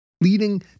leading